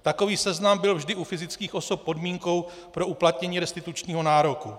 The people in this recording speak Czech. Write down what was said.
Takový seznam byl vždy u fyzických osob podmínkou pro uplatnění restitučního nároku.